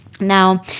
Now